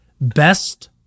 best